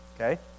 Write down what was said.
Okay